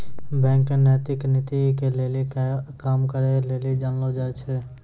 bank नैतिक नीति के लेली काम करै लेली जानलो जाय छै